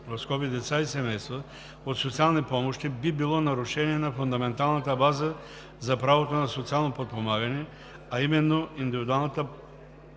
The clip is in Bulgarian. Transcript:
от лица (деца и семейства) от социални помощи би било нарушение на фундаменталната база за правото на социално подпомагане, а именно – индивидуалната